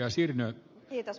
arvoisa puhemies